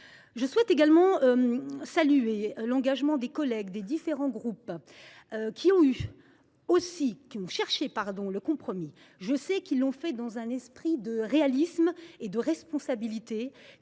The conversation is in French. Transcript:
Je souhaite également saluer l’engagement de nos collègues des différents groupes, qui ont, eux aussi, recherché le compromis. Je sais qu’ils l’ont fait dans un esprit de réalisme et de responsabilité,